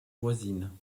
voisines